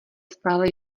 stále